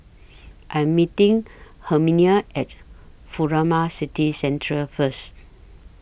I'm meeting Herminia At Furama City Centre First